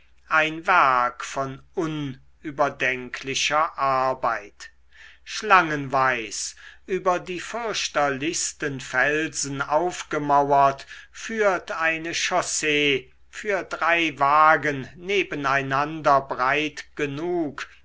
ein werk von unüberdenklicher arbeit schlangenweis über die fürchterlichsten felsen aufgemauert führt eine chaussee für drei wagen neben einander breit genug